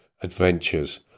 adventures